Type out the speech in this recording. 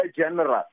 General